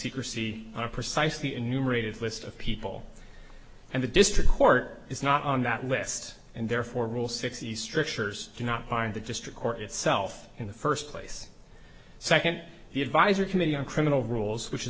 secrecy are precisely enumerated list of people and the district court is not on that list and therefore all sixty strictures do not bind the district court itself in the first place second the advisory committee on criminal rules which